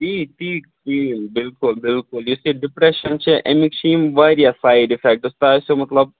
تی تی تی بِلکُل بِلکُل یُس یہِ ڈِپریٮٚشَن چھِ اَمیِکۍ چھِ یِم واریاہ سایِڈ اِفیکٹٕس تۄہہِ آسیٚو مطلب